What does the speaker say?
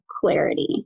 clarity